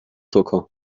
zucker